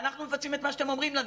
אנחנו מבצעים את מה שאתם אומרים לנו.